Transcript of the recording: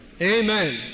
Amen